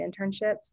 internships